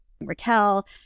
Raquel